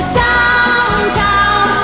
downtown